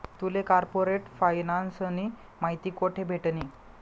तुले कार्पोरेट फायनान्सनी माहिती कोठे भेटनी?